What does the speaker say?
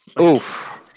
Oof